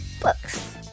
books